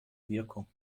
wirkung